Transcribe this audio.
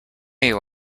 you